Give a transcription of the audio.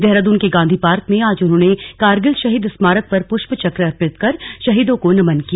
देहराद्न के गांधी पार्क में आज उन्होंने कारगिल शहीद स्मारक पर प्रष्प चक अर्पित कर शहीदों को नमन किया